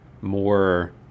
more